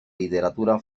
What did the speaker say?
literatura